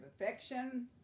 affection